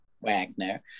Wagner